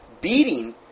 beating